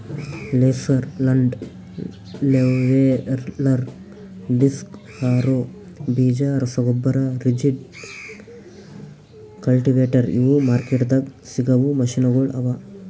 laser land leveller, disc harrow, ಬೀಜ ರಸಗೊಬ್ಬರ, rigid, cultivator ಇವು ಮಾರ್ಕೆಟ್ದಾಗ್ ಸಿಗವು ಮೆಷಿನಗೊಳ್ ಅವಾ